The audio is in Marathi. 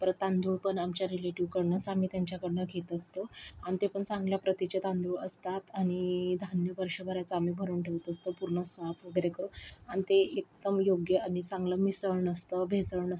परत तांदूळ पण आमच्या रिलेटिव्हकडनंच आम्ही त्यांच्याकडनं घेत असतो अन् ते पण चांगल्या प्रतीचे तांदूळ असतात आणि धान्य वर्षभराचं आम्ही भरून ठेवत असतो पूर्ण साफ वगैरे करून आणि ते एकदम योग्य आणि चांगलं मिसळण नसतं भेसळ नसतं